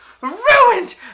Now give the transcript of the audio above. ruined